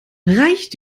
reicht